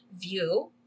view